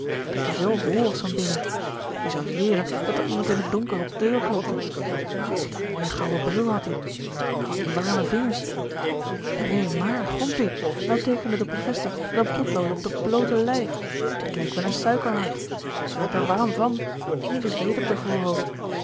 dat je zoo hol was van binne je zou zwere dat d'r iemand in t donker op de deur klopte wat n mooie gouwe bril had-ie wat had-ie warreme vingers nee maar gompie nou teekende de profester met n potlood op d'r bloote lijf t leek wel n suikerhart ze werd d'r warrem van ze zweette op d'r voorhoofd